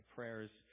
Prayers